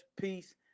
Peace